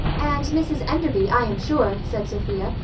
and mrs enderby, i am sure, said sophia,